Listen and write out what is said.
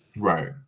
Right